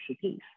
piece